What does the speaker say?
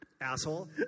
Asshole